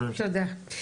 תודה.